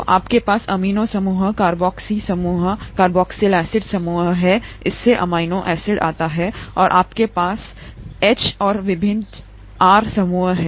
तो आपके पास एमिनो समूह कार्बोक्सी समूह कार्बोक्जिलिक एसिड समूह है इससे अमीनो एसिड आता है और आपके पास एच और विभिन्न आर समूह हैं